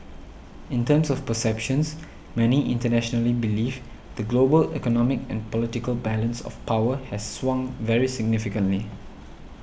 in terms of perceptions many internationally believe the global economic and political balance of power has swung very significantly